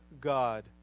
God